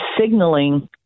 signaling